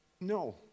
no